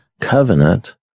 covenant